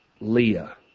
Leah